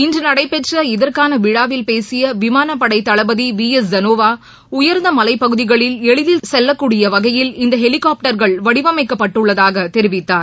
இன்று நடைபெற்ற இதற்கான விழாவில் பேசிய விமானப்படை தளபதி வி எஸ் தனோவா உயர்ந்த மலைப்பகுதிகளில் எளிதல் செல்லக்கூடிய வகையில் இந்த ஹெலிகாப்டர்கள் வடிவமைக்கப்பட்டுள்ளதாக தெரிவித்தார்